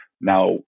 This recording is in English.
Now